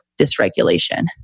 dysregulation